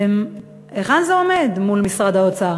היכן זה עומד מול משרד האוצר?